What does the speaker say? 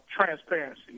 transparency